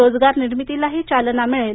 रोजगार निर्मितीलाही चालना मिळेल